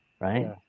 right